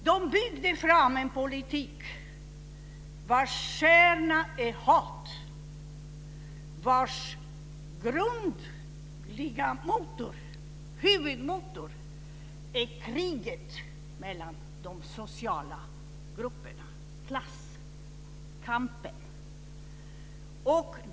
De byggde fram en politik vars kärna är hat, vars huvudmotor är kriget mellan de sociala grupperna, klasskampen.